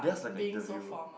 that's like an interview